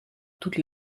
toute